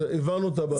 הבנו את הבעיה.